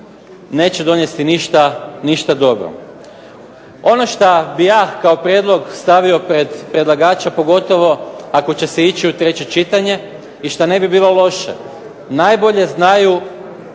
neće donesti ništa dobro. Ono što bih ja kao prijedlog stavio pred predlagača pogotovo ako će se ići u treće čitanje i što ne bi bilo loše. Najbolje znaju